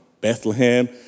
Bethlehem